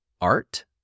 art